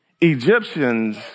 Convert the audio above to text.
Egyptians